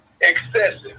Excessive